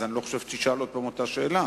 אני לא חושב שתשאל שוב את אותה שאלה,